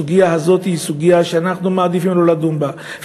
הסוגיה הזאת היא סוגיה שאנחנו מעדיפים לא לדון בה,